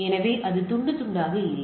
எனவே அது துண்டு துண்டாக இல்லை